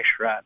right